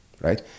right